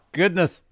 goodness